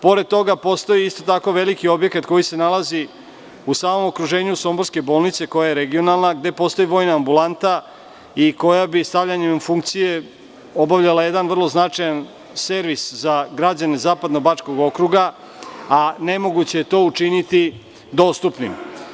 Pored toga, postoji i veliki objekat koji se nalazi u samom okruženju somborske bolnice, koja je regionalna, gde postoji vojna ambulanta i koja bi stavljanjem u funkciju obavljala jedan vrlo značajan servis za građane Zapadno-bačkog okruga, a nemoguće je to učiniti dostupnim.